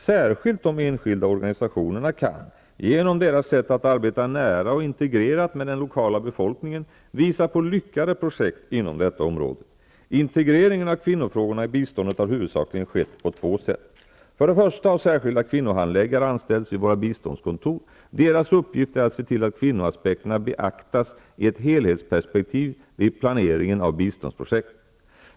Särskilt de enskilda organisationerna kan, genom deras sätt att arbeta nära och integrerat med den lokala befolkningen, visa på lyckade projekt inom detta område. Integreringen av kvinnofrågorna i biståndet har huvudsakligen skett på två sätt. För det första har särskilda kvinnohandläggare anställts vid våra biståndskontor. Deras uppgift är att se till att kvinnoaspekterna beaktas i ett helhetsperspektiv vid planeringen av biståndsprojekt.